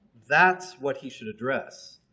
that's what he should address.